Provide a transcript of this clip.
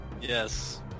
Yes